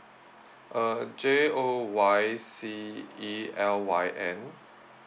err J O Y C E L Y N